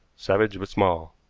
savage but small.